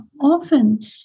often